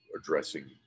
addressing